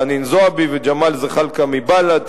חנין זועבי וג'מאל זחאלקה מבל"ד,